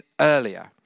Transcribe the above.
earlier